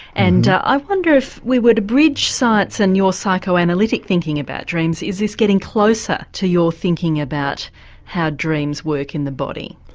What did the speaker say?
and i wonder if we were to bridge science and your psychoanalytic thinking about dreams is this getting closer to your thinking about how dreams work in the body?